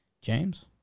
James